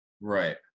right